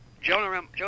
Jonah